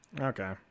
Okay